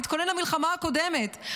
להתכונן למלחמה הקודמת,